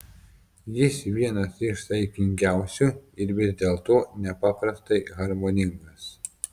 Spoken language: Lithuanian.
jis vienas iš saikingiausių ir vis dėlto nepaprastai harmoningas